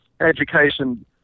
education